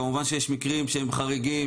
כמובן שיש מקרים שהם חריגים,